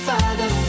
Father